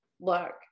look